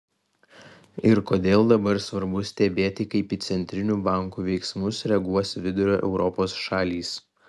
ir kodėl dabar svarbu stebėti kaip į centrinių bankų veiksmus reaguos vidurio europos šalys